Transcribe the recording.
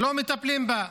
לא מטפלים בה,